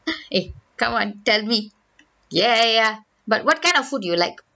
eh come on tell me ya ya but what kind of food you like